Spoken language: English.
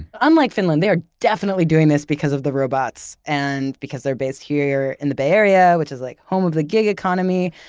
unlike finland, they are definitely doing this because of the robots, and because they are based here in the bay area, which is like home of the gig economy,